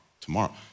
tomorrow